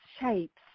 shapes